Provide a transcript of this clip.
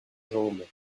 jambe